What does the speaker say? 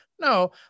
No